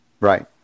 right